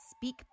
speak